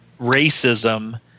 racism